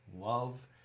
love